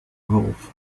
auf